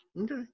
Okay